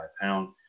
Pound